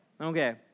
Okay